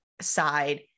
side